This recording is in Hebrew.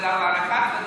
זה דבר אחד.